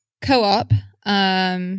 Co-op